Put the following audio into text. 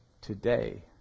today